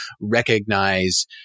recognize